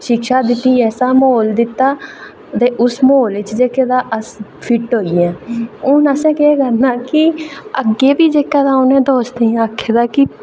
शिक्षा दित्ती ऐसा म्हौल दित्ता ते उस म्हौल जेह्के तां अस फिट होई गे हून असें केह् करना कि अग्गै बी जेह्का अपने दोस्तें गी आक्खे दा ते